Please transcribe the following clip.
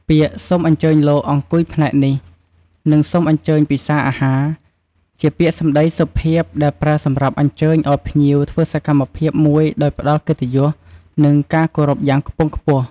ពាក្យ "សូមអញ្ជើញលោកអង្គុយផ្នែកនេះ" និង "សូមអញ្ជើញពិសារអាហារ" ជាពាក្យសម្តីសុភាពដែលប្រើសម្រាប់អញ្ជើញ ឲ្យភ្ញៀវធ្វើសកម្មភាពមួយដោយផ្ដល់កិត្តិយស និងការគោរពយ៉ាងខ្ពង់ខ្ពស់។